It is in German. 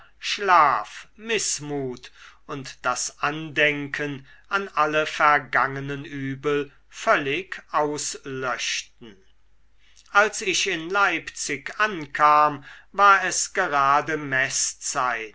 schlaf mißmut und das andenken an alle vergangenen übel völlig auslöschten als ich in leipzig ankam war es gerade meßzeit